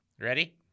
Ready